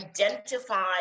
identify